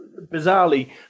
bizarrely